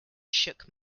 shook